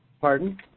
Pardon